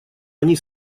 они